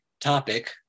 topic